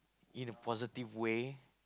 in a positive way